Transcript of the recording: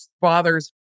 father's